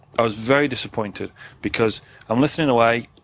i was very disappointed because i'm listening away,